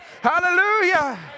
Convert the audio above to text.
Hallelujah